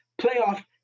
playoff